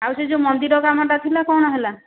ଆଉ ସେହି ଯେଉଁ ମନ୍ଦିର କାମଟା ଥିଲା କ'ଣ ହେଲା